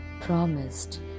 promised